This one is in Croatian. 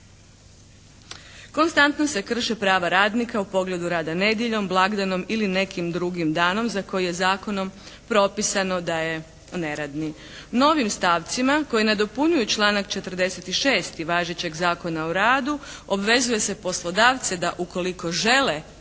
Konstantno se krše prava radnika u pogledu rada nedjeljom, blagdanom ili nekim drugim danom za koji je zakonom propisano da je neradni. Novim stavcima koji nadopunjuju članak 46. važećeg Zakona o radu obvezuje se poslodavce ukoliko žele,